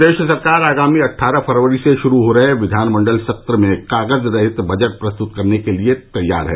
प्रदेश सरकार आगामी अट्ठारह फरवरी से शुरू हो रहे विधानमण्डल सत्र में कागज रहित बजट प्रस्तुत करने के लिए तैयार है